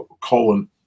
colon